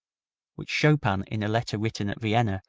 which chopin, in a letter written at vienna,